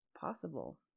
possible